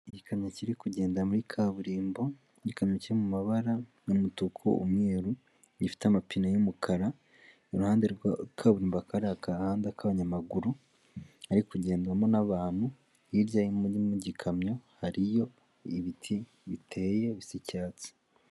Igikamyo kiri kugenda muri kaburimbo, igikamyo kiri mu mabara y'umutuku umweru, gifite amapine y'umukara, iruhande rwa kaburimbo hakaba hari agahanda k'abanyamaguru, hari kugendwamo n'abantu, hirya y'igikamyo hariyo ibiti biteye bisa icyatsi.